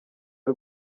ari